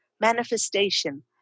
manifestation